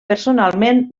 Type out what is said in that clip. personalment